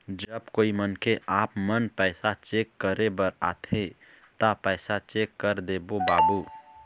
जब कोई मनखे आपमन पैसा चेक करे बर आथे ता पैसा चेक कर देबो बाबू?